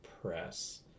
press